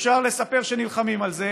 ואפשר לספר שנלחמים על זה,